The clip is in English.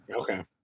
okay